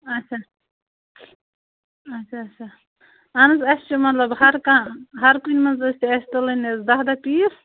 اچھا اچھا اچھا اہن حظ اَسہِ چھُ مطلب ہر کانٛہہ ہر کُنہِ منٛز ٲسۍ اَسہِ تُلٕنۍ حظ دہ دہ پیٖس